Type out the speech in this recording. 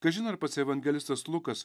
kažin ar pats evangelistas lukas